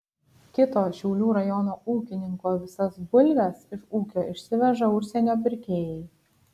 kito šiaulių rajono ūkininko visas bulves iš ūkio išsiveža užsienio pirkėjai